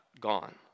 gone